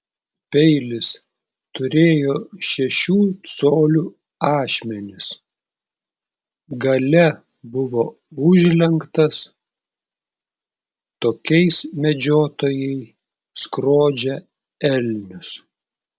peilis turėjo šešių colių ašmenis gale buvo užlenktas tokiais medžiotojai skrodžia elnius